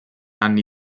anni